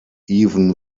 even